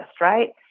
right